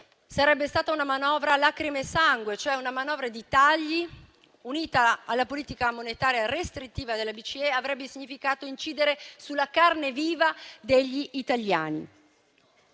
sarebbe stata una manovra lacrime e sangue, cioè una manovra di tagli che, unita alla politica monetaria restrittiva della BCE, avrebbe significato incidere sulla carne viva degli italiani.